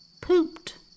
Pooped